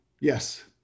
Yes